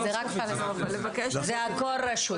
הכול רשות.